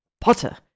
Potter